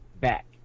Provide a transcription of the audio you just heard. back